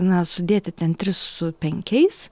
na sudėti ten tris su penkiais